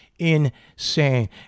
Insane